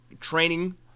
training